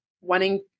wanting